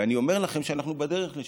ואני אומר לכם שאנחנו בדרך לשם,